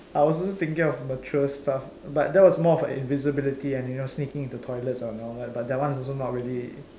I was also thinking of mature stuff but that was more of uh invisibility and you know sneaking into toilets and all that but that one's also not really